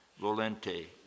volente